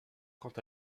quant